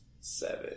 seven